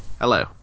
Hello